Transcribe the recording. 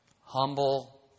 humble